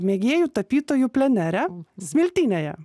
mėgėjų tapytojų plenere smiltynėje